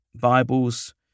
Bibles